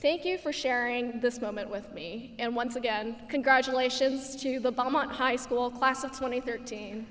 thank you for sharing this moment with me and once again congratulations to the bum on high school class of twenty thirteen